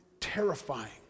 terrifying